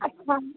अच्छा